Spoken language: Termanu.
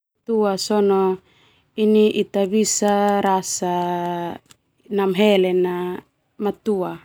Ita bisa rasa namahele na matua.